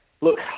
Look